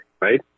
right